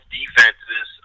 defenses